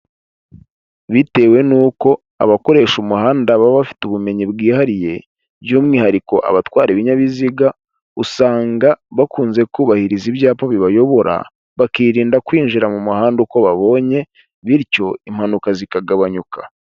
Bitewe n'uko abakoresha umuhanda baba bafite ubumenyi bwihariye by'umwihariko abatwara ibinyabiziga, usanga bakunze kubahiriza ibyapa bibayobora, bakirinda kwinjira mu muhanda uko babonye; bityo impanuka zikagabanyuka.